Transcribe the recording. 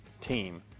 team